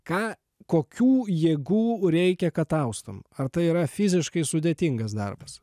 ką kokių jėgų reikia kad austum ar tai yra fiziškai sudėtingas darbas